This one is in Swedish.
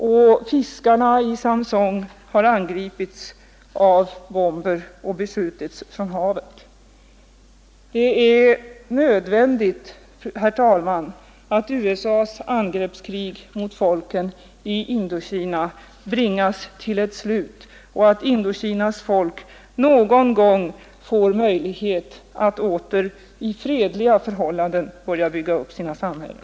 Och fiskarna i Sam Son har angripits av bomber och beskjutits från havet. Det är nödvändigt, herr talman, att USA:s angreppskrig mot folken i Indokina bringas till ett slut och att Indokinas folk någon gång får möjlighet att åter under fredliga förhållanden börja bygga upp sina samhällen.